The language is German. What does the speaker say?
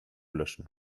löschen